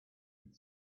could